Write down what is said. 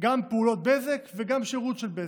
גם פעולות בזק וגם שירות של בזק,